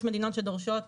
יש מדינות שדורשות